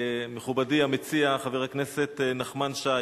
מכובדי המציע חבר הכנסת נחמן שי,